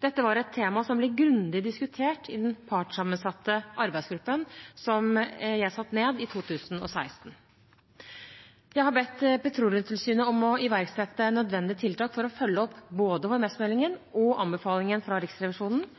Dette var et tema som ble grundig diskutert i den partssammensatte arbeidsgruppen som jeg satte ned i 2016. Jeg har bedt Petroleumstilsynet om å iverksette nødvendige tiltak for å følge opp både HMS-meldingen og anbefalingen fra Riksrevisjonen,